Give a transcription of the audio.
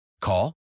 Call